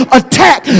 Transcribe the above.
attack